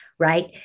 right